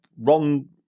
Ron